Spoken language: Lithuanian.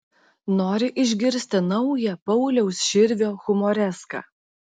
nori išgirsti naują pauliaus širvio humoreską